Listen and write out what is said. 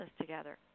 together